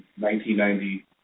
1990